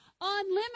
Unlimited